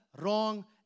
wrong